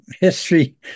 history